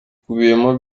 ikubiyemo